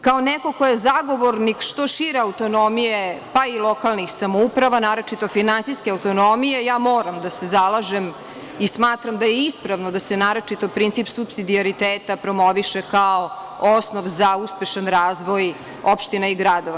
Kao neko ko je zagovornik što šire autonomije, pa i lokalnih samouprava, naročito finansijske autonomije, moram da se zalažem i smatram da je ispravno da se naročito princip supsidioriteta promoviše kao osnov za uspešan razvoj opština i gradova.